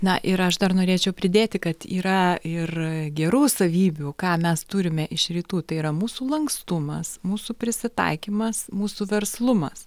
na ir aš dar norėčiau pridėti kad yra ir gerų savybių ką mes turime iš rytų tai yra mūsų lankstumas mūsų prisitaikymas mūsų verslumas